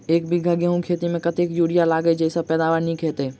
एक बीघा गेंहूँ खेती मे कतेक यूरिया लागतै जयसँ पैदावार नीक हेतइ?